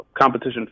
competition